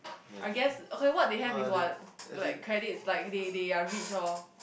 I guess okay what they have is what like credit is like they they are rich oh